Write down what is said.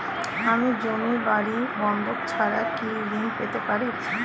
আমি জমি বাড়ি বন্ধক ছাড়া কি ঋণ পেতে পারি?